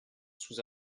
sous